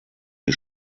die